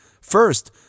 First